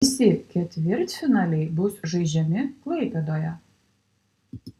visi ketvirtfinaliai bus žaidžiami klaipėdoje